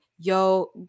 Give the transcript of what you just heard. yo